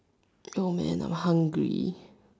yo man I'm hungry